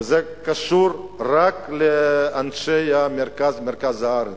וזה קשור רק לאנשי המרכז, מרכז הארץ.